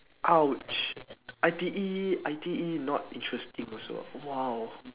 !ouch! I_T_E I_T_E not interesting also ah !wow!